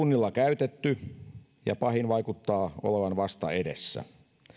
kunnilla käytetty ja pahin vaikuttaa olevan vasta edessä